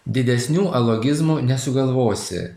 didesnių alogizmų nesugalvosi